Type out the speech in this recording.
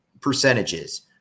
percentages